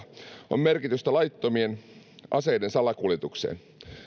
on merkitystä laittomien aseiden salakuljetukselle